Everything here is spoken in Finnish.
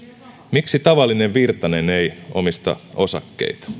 miksi tavallinen virtanen ei omista osakkeita